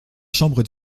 chambre